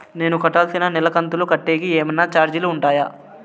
నేను కట్టాల్సిన నెల కంతులు కట్టేకి ఏమన్నా చార్జీలు ఉంటాయా?